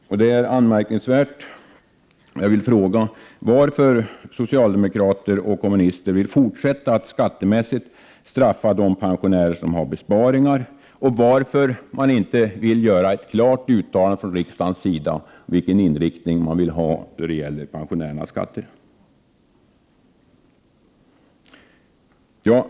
Jag vill fråga: Varför vill socialdemokraterna och kommunisterna fortsätta att skattemässigt straffa de pensionärer som har besparingar? Varför vill ni inte att man gör ett klart uttalande från riksdagens sida vilken — Prot. 1988/89:110 inriktning man vill ha när det gäller pensionärernas skatter? Det är 9 maj 1989 anmärkningsvärt.